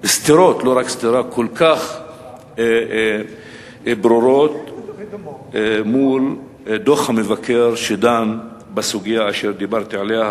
כל כך ברורות מול דוח המבקר שדן בסוגיה אשר דיברתי עליה,